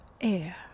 air